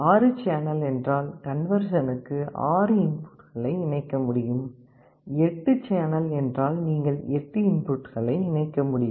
ஆறு சேனல் என்றால் கன்வெர்சனுக்கு ஆறு இன்புட்களை இணைக்க முடியும் எட்டு சேனல் என்றால் நீங்கள் எட்டு இன்புட்களை இணைக்க முடியும்